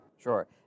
Sure